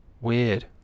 weird